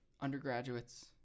undergraduates